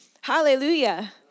Hallelujah